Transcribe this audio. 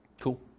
Cool